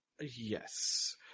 Yes